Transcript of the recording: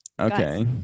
Okay